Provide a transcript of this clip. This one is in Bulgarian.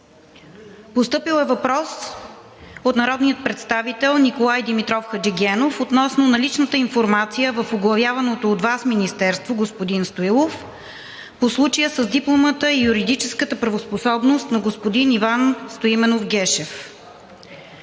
Постъпил е въпрос от народния представител Николай Димитров Хаджигенов относно наличната информация в оглавяваното от Вас министерство, господин Стоилов, по случая с дипломата и юридическата правоспособност на господин Иван Стоименов Гешев.